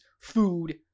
food